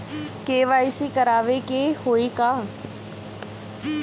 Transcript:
KYC करावे के होई का?